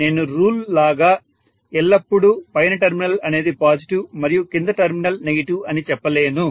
కాబట్టి నేను రూల్ లాగా ఎల్లప్పుడూ పైన టెర్మినల్ అనేది పాజిటివ్ మరియు కింద టర్మినల్ నెగిటివ్ అని చెప్పలేను